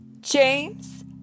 james